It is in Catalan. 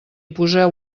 poseu